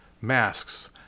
Masks